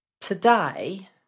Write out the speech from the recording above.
today